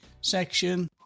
section